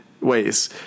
ways